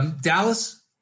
Dallas